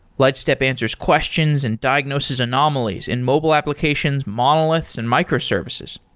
lightstep answers questions and diagnoses anomalies in mobile applications, monoliths and microservices.